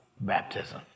baptism